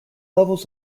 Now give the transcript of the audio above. levels